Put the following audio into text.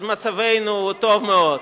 אז מצבנו טוב מאוד.